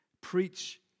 Preach